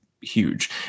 huge